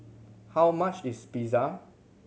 how much is Pizza